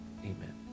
Amen